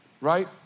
Right